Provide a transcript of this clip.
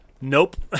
Nope